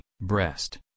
breast